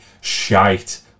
shite